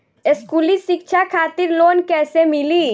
स्कूली शिक्षा खातिर लोन कैसे मिली?